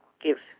gives